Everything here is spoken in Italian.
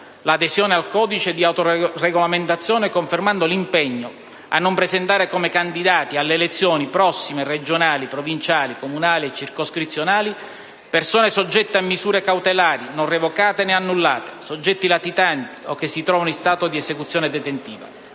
l'adesione al codice di autoregolamentazione, confermando l'impegno a non presentare come candidati alle prossime elezioni regionali, provinciali, comunali e circoscrizionali, persone soggette a misure cautelari non revocate né annullate, soggetti latitanti o che si trovino in stato di esecuzione detentiva.